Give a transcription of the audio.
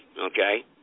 Okay